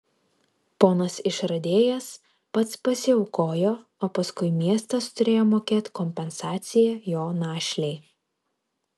ponas išradėjas pats pasiaukojo o paskui miestas turėjo mokėt kompensaciją jo našlei